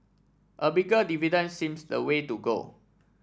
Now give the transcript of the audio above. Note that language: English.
a bigger dividend seems the way to go